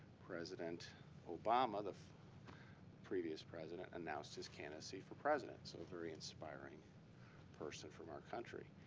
president obama the previous president, announced his candidacy for president. so very inspiring person from our country.